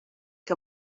que